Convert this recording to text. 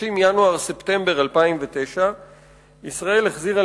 בחודשים ינואר ספטמבר 2009 ישראל החזירה